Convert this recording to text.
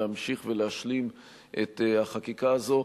להמשיך ולהשלים את החקיקה הזאת.